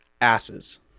asses